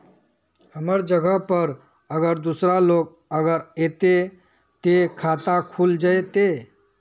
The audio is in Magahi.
हमर जगह पर अगर दूसरा लोग अगर ऐते ते खाता खुल जते?